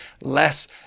less